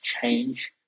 change